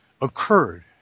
occurred